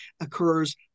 occurs